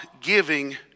giving